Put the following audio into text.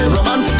Roman